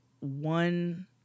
one